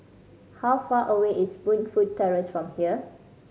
how far away is Burnfoot Terrace from here